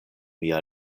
mia